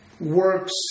works